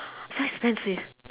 so expensive